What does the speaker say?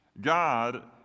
God